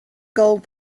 gold